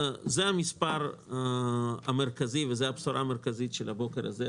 זה המספר המרכזי וזו הבשורה המרכזית של הבוקר הזה,